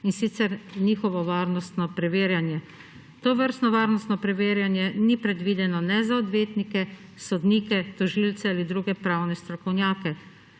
in sicer njihovo varnostno preverjanje. Tovrstno varnostno preverjanje ni predvideno ne za odvetnike, sodnike, tožilce ali druge pravne strokovnjake.